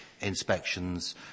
inspections